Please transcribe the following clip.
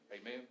Amen